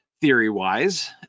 theory-wise